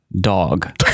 dog